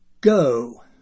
Go